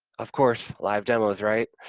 of course, live demos, right?